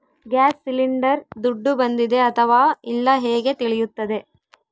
Gas cylinder ದುಡ್ಡು ಬಂದಿದೆ ಅಥವಾ ಇಲ್ಲ ಹೇಗೆ ತಿಳಿಯುತ್ತದೆ?